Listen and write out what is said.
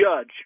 Judge